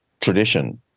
tradition